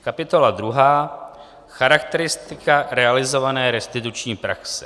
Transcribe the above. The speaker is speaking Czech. Kapitola druhá Charakteristika realizované restituční praxe